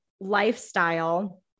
lifestyle